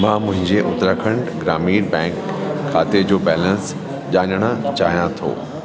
मां मुंहिंजे उत्तराखंड ग्रामीण बैंक खाते जो बैलेंस ॼाणणु चाहियां थो